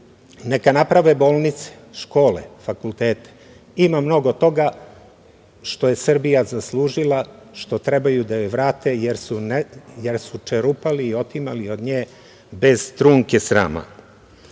Neka naprave škole, bolnice, fakultete, ima mnogo toga što je Srbija zaslužila što treba da joj vrate, jer su čerupali i otimali od nje bez trunke srama. Ako